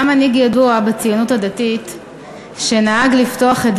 היה מנהיג ידוע בציונות הדתית שנהג לפתוח את